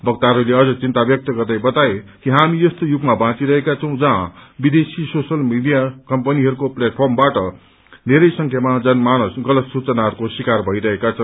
वक्ताहरूले अझ चिन्ता व्यक्त गर्दै बताए कि हामी यस्तो युगमा बाँचिरहेका छौँ जहाँ विदेशी सोसल मीडिया कम्पनीहरूको प्लेटफर्मबाट धेरै संख्या जनमानस गलत सूचनाहरूको शिकार भइरहेका छन्